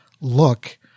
look